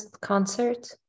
concert